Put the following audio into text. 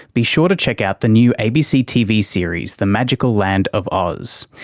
be sure to check out the new abc tv series the magical land of oz.